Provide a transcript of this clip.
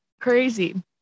crazy